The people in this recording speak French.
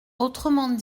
autrement